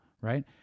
right